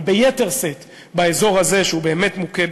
אבל ביתר שאת באזור הזה שהוא באמת מוכה,